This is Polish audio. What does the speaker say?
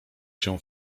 się